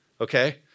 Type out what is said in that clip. okay